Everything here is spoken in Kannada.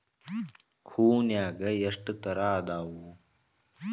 ಹೂನ್ಯಾಗ ಎಷ್ಟ ತರಾ ಅದಾವ್?